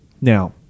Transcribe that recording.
Now